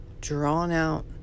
drawn-out